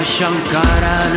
Shankara